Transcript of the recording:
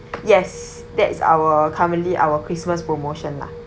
yes that's our currently our christmas promotion lah